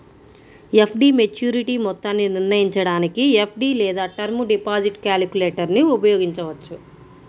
FD maturity మొత్తాన్ని నిర్ణయించడానికి FD లేదా టర్మ్ డిపాజిట్ క్యాలిక్యులేటర్ను ఉపయోగించవచ్చు